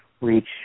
reach